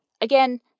Again